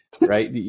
right